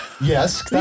Yes